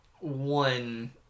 One